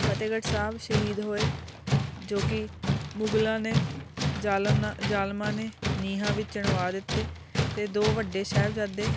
ਫਤਿਹਗੜ੍ਹ ਸਾਹਿਬ ਸ਼ਹੀਦ ਹੋਏ ਜੋ ਕਿ ਮੁਗਲਾਂ ਨੇ ਜ਼ਾਲਮ ਨ ਜ਼ਾਲਮਾਂ ਨੇ ਨੀਹਾਂ ਵਿੱਚ ਚਿਣਵਾ ਦਿੱਤੇ ਅਤੇ ਦੋ ਵੱਡੇ ਸਾਹਿਬਜ਼ਾਦੇ